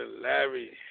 Larry